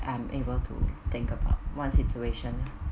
I'm able to think about one situation